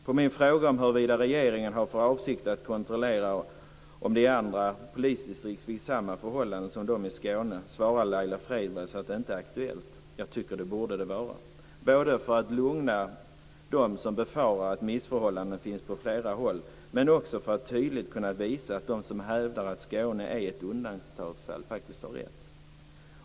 På min fråga huruvida regeringen har för avsikt att kontrollera om det i andra polisdistrikt finns samma förhållanden som de i Skåne svarar Laila Freivalds att det inte är aktuellt. Jag tycker att det borde vara det, både för att lugna dem som befarar att missförhållanden finns på flera håll och för att tydligt kunna visa att de som hävdar att Skåne är ett undantagsfall faktiskt har rätt.